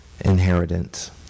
Inheritance